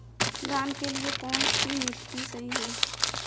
धान के लिए कौन सी मिट्टी सही है?